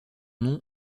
nom